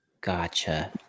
Gotcha